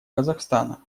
казахстана